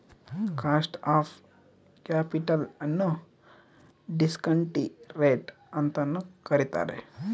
cost of capital ನ್ನು discount rate ಅಂತನು ಕರಿತಾರೆ